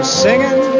singing